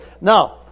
Now